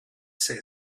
say